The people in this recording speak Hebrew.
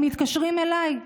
הם מתקשרים אליי.